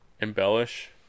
embellish